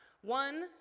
one